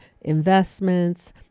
investments